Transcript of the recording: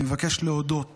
אני מבקש להודות